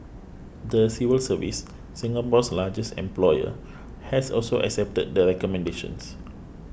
the civil service Singapore's largest employer has also accepted the recommendations